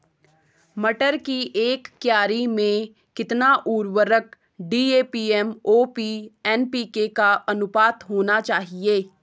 मटर की एक क्यारी में कितना उर्वरक डी.ए.पी एम.ओ.पी एन.पी.के का अनुपात होना चाहिए?